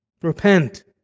Repent